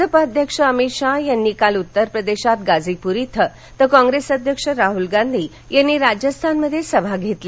भाजपा अध्यक्ष अमित शहा यांनी काल उत्तरप्रदेशात गाझीपुर इथं तर कॉंग्रेस अध्यक्ष राहुल गांधी यांनी राजस्थानमध्ये सभा घेतल्या